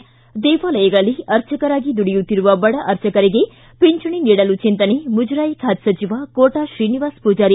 ು ದೇವಾಲಯಗಳಲ್ಲಿ ಆರ್ಚಕರಾಗಿ ದುಡಿಯುತ್ತಿರುವ ಬಡ ಅರ್ಚಕರಿಗೆ ಪಿಂಚಣಿ ನೀಡಲು ಚಿಂತನೆ ಮುಜರಾಯಿ ಖಾತೆ ಸಚಿವ ಕೋಟಾ ಶ್ರೀನಿವಾಸ ಪೂಜಾರಿ